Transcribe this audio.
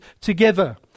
together